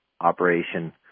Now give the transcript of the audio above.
operation